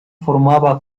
formaba